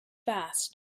fast